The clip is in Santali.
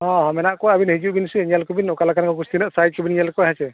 ᱦᱮᱸ ᱢᱮᱱᱟᱜ ᱠᱚᱣᱟ ᱟᱹᱵᱤᱱ ᱡᱳ ᱦᱤᱡᱩᱜ ᱵᱤᱱ ᱥᱮ ᱧᱮᱞ ᱠᱚᱵᱤᱱ ᱚᱠᱟ ᱞᱮᱠᱟᱱ ᱛᱤᱱᱟᱹᱜ ᱥᱟᱹᱭᱤᱡᱽ ᱠᱚᱵᱤᱱ ᱧᱮᱞ ᱠᱚᱣᱟ ᱦᱮᱸ ᱥᱮ